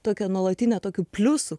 tokią nuolatinę tokių pliusų